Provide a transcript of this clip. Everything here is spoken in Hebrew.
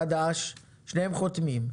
חשבון חדש, שניהם חותמים.